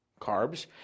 Carbs